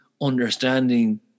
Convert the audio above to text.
understanding